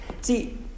See